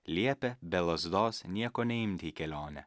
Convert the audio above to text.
liepė be lazdos nieko neimti į kelionę